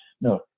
no